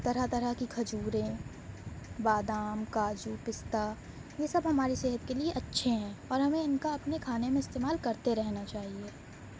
طرح طرح کی کھجوریں بادام کاجو پستا یہ سب ہماری صحت کے لیے اچھے ہیں اور ہمیں ان کا اپنے کھانے میں استعمال کرتے رہنا چاہیے